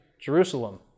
Jerusalem